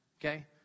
okay